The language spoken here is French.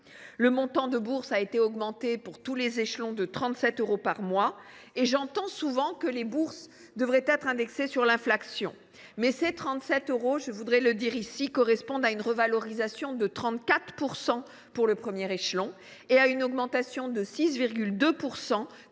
Le montant des bourses a augmenté pour tous les échelons de 37 euros par mois. J’entends souvent dire que les bourses devraient être indexées sur l’inflation. Or ces 37 euros correspondent à une revalorisation de 34 % pour le premier échelon et à une augmentation de 6,2